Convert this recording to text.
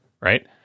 Right